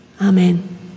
Amen